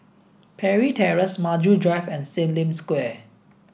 Parry Terrace Maju Drive and Sim Lim Square